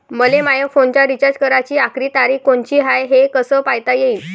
मले माया फोनचा रिचार्ज कराची आखरी तारीख कोनची हाय, हे कस पायता येईन?